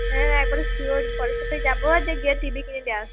হ্যাঁ একবারে শিওরই পরের সপ্তাহে যাব দিয়ে গিয়ে টি ভি কিনে দিয়ে আস